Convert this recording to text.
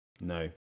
No